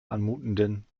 anmutenden